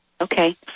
Okay